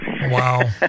Wow